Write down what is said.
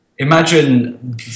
Imagine